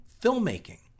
filmmaking